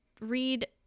read